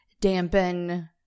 dampen